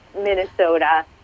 Minnesota